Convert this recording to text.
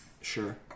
Sure